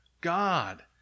God